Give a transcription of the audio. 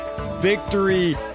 victory